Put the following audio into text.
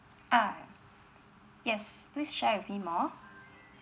ah yes please share with me more